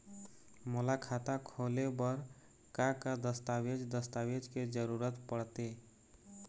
मोला खाता खोले बर का का दस्तावेज दस्तावेज के जरूरत पढ़ते?